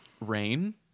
Rain